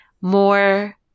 more